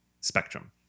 spectrum